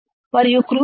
మరియు క్రూసిబుల్